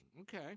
Okay